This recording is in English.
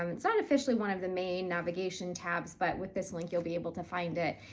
um it's not officially one of the main navigation tabs, but with this link you'll be able to find it,